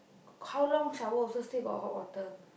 how long shower also still got hot water